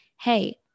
Hey